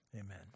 amen